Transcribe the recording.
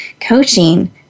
coaching